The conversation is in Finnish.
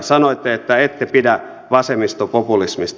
sanoitte että ette pidä vasemmistopopulismista